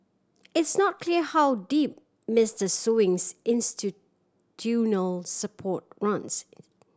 it's not clear how deep Mister Sewing's support runs